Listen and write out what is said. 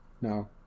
no